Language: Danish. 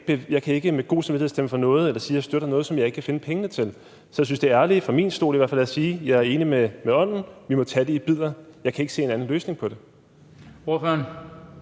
jeg kan ikke med god samvittighed stemme for noget eller sige, at jeg støtter noget, som jeg ikke kan finde pengene til. Så jeg synes, det er ærligt – set fra min stol i hvert fald – at sige: Jeg er enig i ånden, men vi må tage det i bidder. Jeg kan ikke se en anden løsning på det.